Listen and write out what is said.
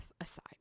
aside